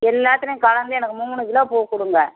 எல்லாத்துலேயும் கலந்து எனக்கு மூணு கிலோ பூ கொடுங்க